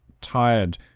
tired